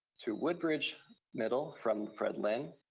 to woodbridge middle from fred lynn,